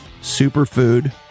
superfood